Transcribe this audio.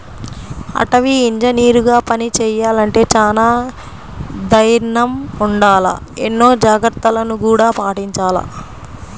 అటవీ ఇంజనీరుగా పని చెయ్యాలంటే చానా దైర్నం ఉండాల, ఎన్నో జాగర్తలను గూడా పాటించాల